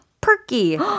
perky